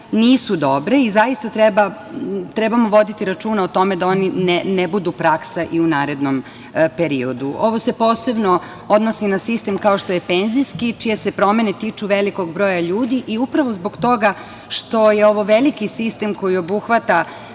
nisu dobre i zaista trebamo voditi računa o tome da oni ne budu praksa i u narednom periodu. Ovo se posebno odnosi na sistem kao što je penzijski čije se promene tiču velikog broja ljudi, i upravo zbog toga što je ovo veliki sistem koji obuhvata